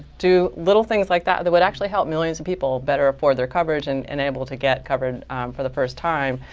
do little things like that that would actually help millions of people better afford their coverage, and and able to get coverage for the first time.